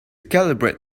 calibrate